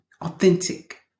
authentic